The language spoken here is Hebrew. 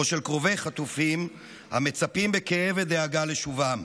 של קרובי חטופים המצפים בכאב ודאגה לשובם.